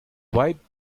wipe